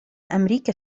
أمريكا